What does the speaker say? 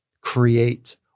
create